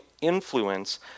influence